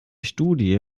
studie